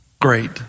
great